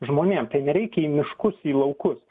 žmonėm tai nereikia į miškus į laukus